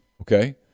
Okay